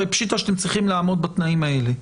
אתם צריכים לעמוד בתנאים האלה,